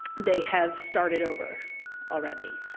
they have started over already,